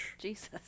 Jesus